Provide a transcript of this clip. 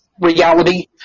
reality